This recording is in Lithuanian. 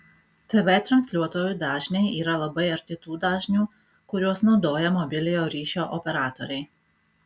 tv transliuotojų dažniai yra labai arti tų dažnių kuriuos naudoja mobiliojo ryšio operatoriai